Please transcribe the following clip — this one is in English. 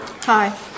Hi